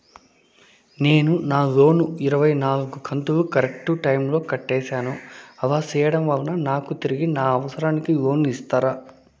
నేను నా లోను ఇరవై నాలుగు కంతులు కరెక్టు టైము లో కట్టేసాను, అలా సేయడం వలన నాకు తిరిగి నా అవసరానికి లోను ఇస్తారా?